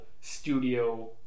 studio